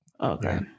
Okay